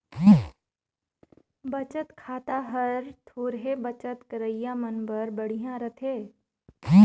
बचत खाता हर थोरहें बचत करइया मन बर बड़िहा रथे